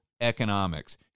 economics